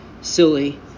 silly